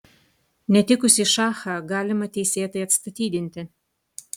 netikusį šachą galima teisėtai atstatydinti